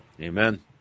Amen